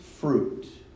fruit